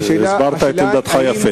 הסברת את עמדתך יפה.